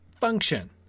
function